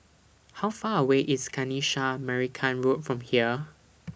How Far away IS Kanisha Marican Road from here